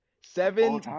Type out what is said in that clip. Seven